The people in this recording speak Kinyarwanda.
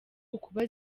ukuba